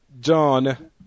John